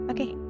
Okay